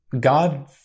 God